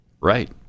Right